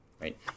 right